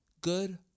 good